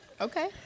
Okay